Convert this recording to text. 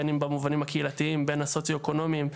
בין אם במובנים הקהילתיים, בין הסוציואקונומיים.